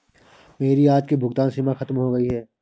मेरी आज की भुगतान सीमा खत्म हो गई है